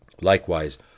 Likewise